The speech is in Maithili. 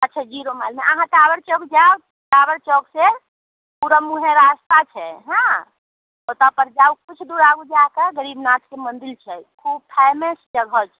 अच्छा जीरो माइलमे आहाँ टावर चौक जाउ टावर चौक से पूरब मुहेँ रास्ता छै हँ ओत्तऽ पर जाउ किछु दूर आगू जा कऽ गरीबनाथके मन्डिर छै पूब फैलमे जगह छै